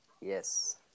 Yes